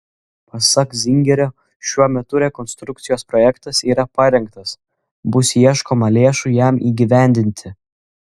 pasak zingerio šiuo metu rekonstrukcijos projektas yra parengtas bus ieškoma lėšų jam įgyvendinti